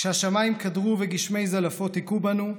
כשהשמיים קדרו וגשמי זלעפות היכו בנו,